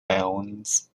bounds